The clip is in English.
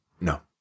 No